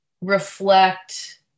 reflect